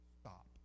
Stop